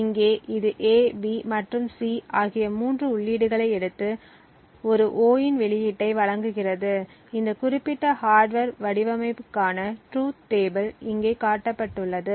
இங்கே இது A B மற்றும் C ஆகிய மூன்று உள்ளீடுகளை எடுத்து ஒரு O இன் வெளியீட்டை வழங்குகிறது இந்த குறிப்பிட்ட ஹார்ட்வர் வடிவமைப்புக்கான ட்ரூத் டேபிள் இங்கே காட்டப்பட்டுள்ளது